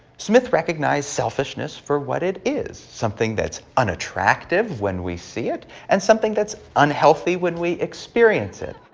smith recognized selfishness for what it is something that's unattractive when we see it, and something that's unhealthy when we experience it.